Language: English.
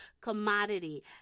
commodity